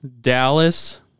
Dallas